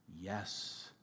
yes